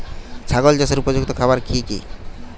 ছাগল চাষের উপযুক্ত খাবার কি কি?